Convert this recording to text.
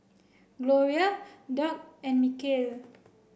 Gloria Dock and Michale